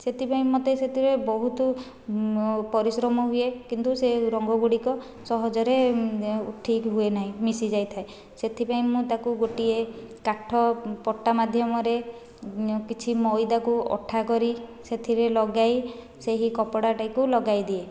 ସେଥିପାଇଁ ମୋତେ ସେଥିରେ ବହୁତ ପରିଶ୍ରମ ହୁଏ କିନ୍ତୁ ସେହି ରଙ୍ଗ ଗୁଡ଼ିକ ସହଜରେ ଠିକ୍ ହୁଏ ନାହିଁ ମିଶିଯାଇଥାଏ ସେଥିପାଇଁ ମୁଁ ତାକୁ ଗୋଟିଏ କାଠ ପଟା ମାଧ୍ୟମରେ କିଛି ମଇଦାକୁ ଅଠା କରି ସେଥିରେ ଲଗାଇ ସେହି କପଡ଼ାଟାଇକୁ ଲଗାଇ ଦିଏ